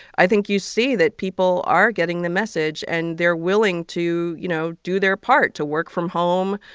i think you see that people are getting the message, and they're willing to, you know, do their part, to work from home,